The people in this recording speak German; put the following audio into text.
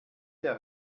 der